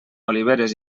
oliveres